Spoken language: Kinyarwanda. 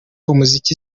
umuziki